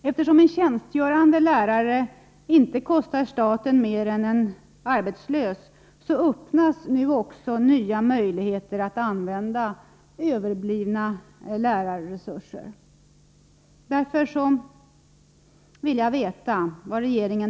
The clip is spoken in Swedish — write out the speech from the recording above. Eftersom en tjänstgörande lärare inte kostar staten mer än en arbetslös öppnas nu också nya möjligheter att använda lärarresurserna.